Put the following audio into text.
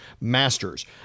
masters